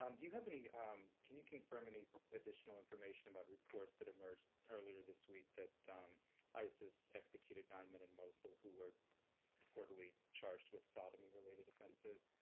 um do you have any can you confirm any additional information about reports that emerged earlier this week that isis executed nine men in mosul who were reportedly charged with sodomy-related offenses?